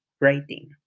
writing